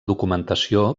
documentació